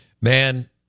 Man